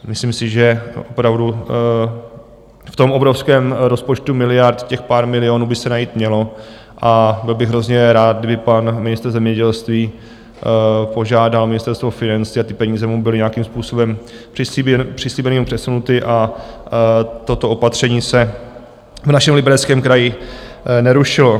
Myslím si, že opravdu v tom obrovském rozpočtu miliard těch pár milionů by se najít mělo, a byl bych hrozně rád, kdyby pan ministr zemědělství požádal Ministerstvo financí a ty peníze mu byly nějakým způsobem přislíbeny nebo přesunuty a toto opatření se v našem Libereckém kraji nerušilo.